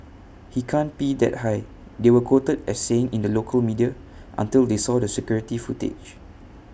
he can't pee that high they were quoted as saying in local media until they saw the security footage